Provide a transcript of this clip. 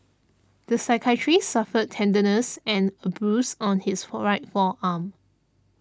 the psychiatrist suffered tenderness and a bruise on his right forearm